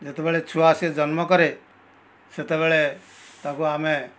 ଯେତେବେଳେ ଛୁଆ ସିଏ ଜନ୍ମକରେ ସେତେବେଳେ ତାଙ୍କୁ ଆମେ